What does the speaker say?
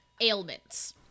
ailments